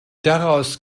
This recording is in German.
daraus